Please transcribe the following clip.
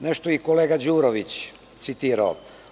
Nešto je i kolega Đurović citirao.